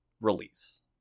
release